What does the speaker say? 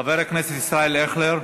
חבר הכנסת ישראל אייכלר.